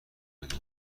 بده